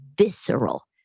visceral